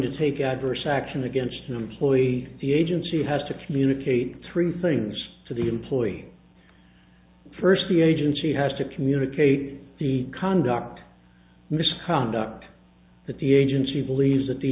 to take adverse action against an employee the agency has to communicate three things to the employee first the agency has to communicate the conduct misconduct that the agency believes that the